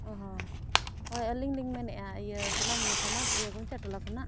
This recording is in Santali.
ᱚ ᱦᱚᱸ ᱦᱳᱭ ᱟᱹᱞᱤᱧ ᱞᱤᱧ ᱢᱮᱱᱮᱜᱼᱟ ᱤᱭᱟᱹ ᱥᱚᱱᱟᱢᱚᱱᱤ ᱤᱭᱟᱹ ᱜᱩᱧᱪᱟᱹ ᱴᱚᱞᱟ ᱠᱷᱚᱱᱟᱜ